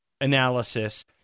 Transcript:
analysis